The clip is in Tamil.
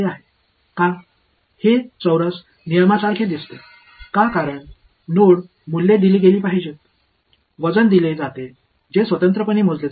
எனவே இது ஒரு குவாட்ரேச்சர் விதி போல் தெரிகிறது ஏன் நோடு மதிப்புகள் கொடுக்கப்பட வேண்டும் எடைகள் சுதந்திரமாக கணக்கிடப்படுகின்றன